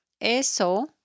Eso